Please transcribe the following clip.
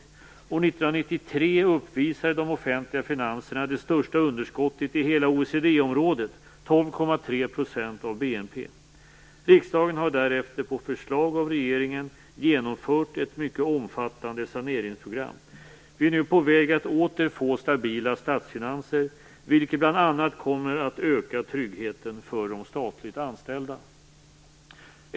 År 1993 uppvisade de offentliga finanserna det största underskottet i hela OECD området; 12,3 % av BNP. Riksdagen har därefter på förslag av regeringen genomfört ett mycket omfattande saneringsprogram. Vi är nu på väg att åter få stabila statsfinanser, vilket bl.a. kommer att öka tryggheten för de statligt anställda.